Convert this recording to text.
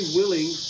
willing